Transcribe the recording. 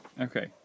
Okay